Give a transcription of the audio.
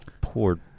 poor